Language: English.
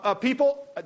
people